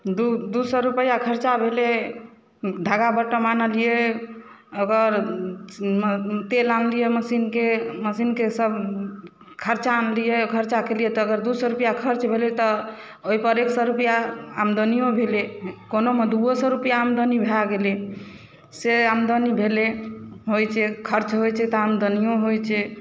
दू दू सए रूपैआ खर्चा भेलै धागा बटम आनलियै ओकर तेल आनलियै मशीन के मशीन के सब खर्चा आनलियै खर्चा केलियै तऽ अगर दू सए रूपैआ खर्च भेलै तऽ ओहि पर एक सौए रूपैआ आमदनियो भेलै कोनो मे दूओ सए रूपैआ आमदनी भए गेलै से आमदनी भेलै होइ छै खर्च होइ छै तऽ आमदनियो होइ छै